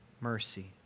mercy